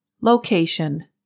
Location